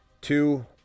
two